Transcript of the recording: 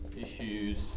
issues